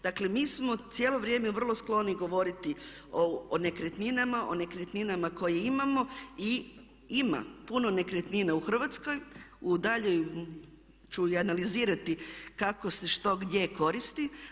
Dakle mi smo cijelo vrijeme vrlo skloni govoriti o nekretninama, o nekretninama koje imamo i ima puno nekretnina u Hrvatskoj u daljnjoj, ću i analizirati kako se što gdje koristi.